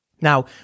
Now